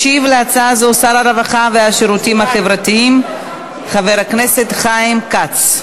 ישיב על הצעה זו שר הרווחה והשירותים החברתיים חבר הכנסת חיים כץ.